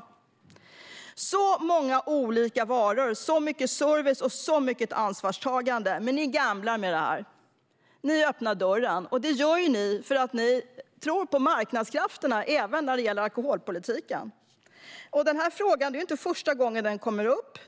De har så många olika varor, så mycket service och så mycket ansvarstagande. Men ni gamblar med det här. Ni öppnar dörren, och det gör ni för att ni tror på marknadskrafterna även när det gäller alkoholpolitiken. Och det är inte första gången den här frågan kommer upp.